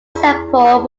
example